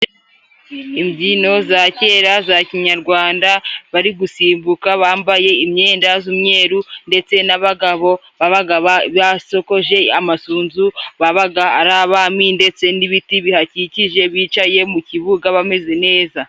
Imbyino za kera za kinyarwanda bari gusimbuka bambaye imyenda z'umweru, ndetse n'abagabo babaga basokoje amasunzu babaga ari abami, ndetse n'ibiti bihakikije bicaye mu kibuga bameze neza.